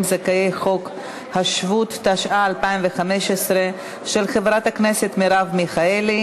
ההצעה עוברת כהצעה לסדר-היום לוועדת הכלכלה.